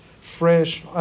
fresh –